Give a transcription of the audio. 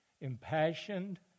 impassioned